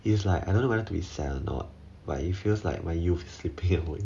it's like I don't know whether to be sad or not but it feels like my youth is slipping away